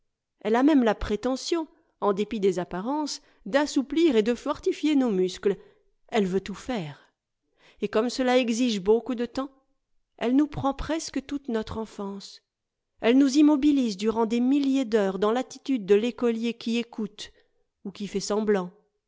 elle a même la prétention en dépit des apparences d'assouplir et de fortifier nos muscles elle veut tout faire et comme cela exige beaucoup de temps elle nous prend presque toute notre enfance elle nous immobilise durant des milliers d'heures dans l'attitude de l'écolier qui écoute ou qui fait semblant